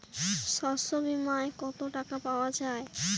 শস্য বিমায় কত টাকা পাওয়া যায়?